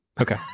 okay